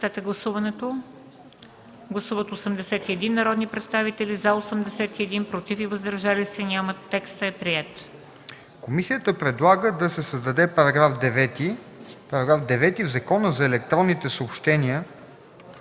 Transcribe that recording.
Комисията предлага да се създаде § 9: „§ 9. В Закона за електронните съобщения